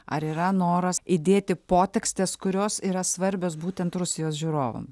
ar yra noras įdėti potekstes kurios yra svarbios būtent rusijos žiūrovam